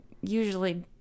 usually